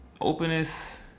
openness